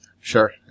Sure